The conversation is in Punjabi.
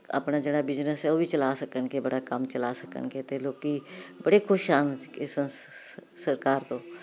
ਆਪਣਾ ਜਿਹੜਾ ਬਿਜਨਸ ਹੈ ਉਹ ਵੀ ਚਲਾ ਸਕਣ ਕਿ ਬੜਾ ਕੰਮ ਚਲਾ ਸਕਣਗੇ ਤੇ ਲੋਕੀ ਬੜੇ ਖੁਸ਼ ਆ ਸੰਸ ਸਰਕਾਰ ਤੋਂ